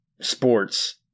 sports –